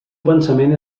pensament